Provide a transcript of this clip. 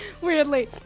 weirdly